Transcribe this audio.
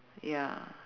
ya